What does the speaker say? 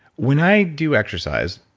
when i do exercise,